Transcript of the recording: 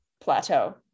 plateau